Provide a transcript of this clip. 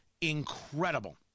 incredible